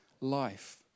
life